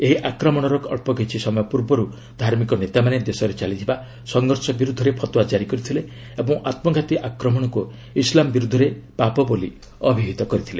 ଏହି ଆକ୍ରମଣର ଅଳ୍ପ ସମୟ ପୂର୍ବରୁ ଧାର୍ମିକ ନେତାମାନେ ଦେଶରେ ଚାଲିଥିବା ସଂଘର୍ଷ ବିରୁଦ୍ଧରେ ଫତୱା କାରି କରିଥିଲେ ଓ ଆତ୍କଘାତୀ ଆକ୍ରମଣକୁ ଇସ୍ଲାମ ବିର୍ଦ୍ଧରେ ପାପ ବୋଲି ଅଭିହିତ କରିଥିଲେ